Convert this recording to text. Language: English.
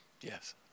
Yes